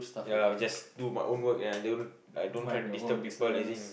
ya I will just do my own work I don't I don't try to disturb people as in